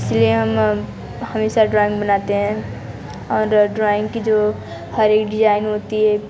इसलिए हम हमेशा ड्राॅइंग बनाते हैं और ड्राॅइंग की जो हर एक डिजाइन होती है